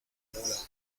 mula